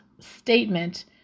statement